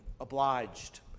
obliged